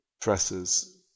presses